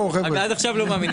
עד עכשיו לא מאמינים.